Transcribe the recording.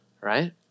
right